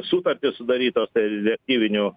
sutartys sudarytos tai reaktyvinių